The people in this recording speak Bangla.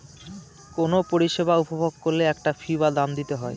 কোনো পরিষেবা উপভোগ করলে একটা ফী বা দাম দিতে হয়